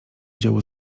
dziełu